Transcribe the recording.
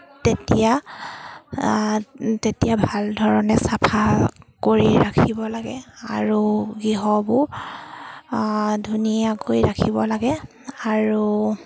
তেতিয়া তেতিয়া ভাল ধৰণে চাফা কৰি ৰাখিব লাগে আৰু গৃহবোৰ ধুনীয়াকৈ ৰাখিব লাগে আৰু